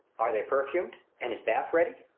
are they perfumed, and his bath ready?